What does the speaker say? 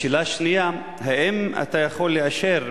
השאלה השנייה: האם אתה יכול לאשר,